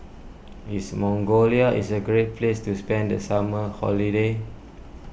is Mongolia is a great place to spend the summer holiday